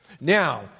Now